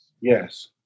yes